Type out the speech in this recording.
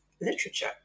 literature